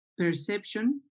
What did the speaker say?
Perception